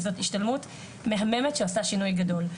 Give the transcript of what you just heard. וזו השתלמות מהממת שעושה שינוי גדול.